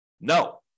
No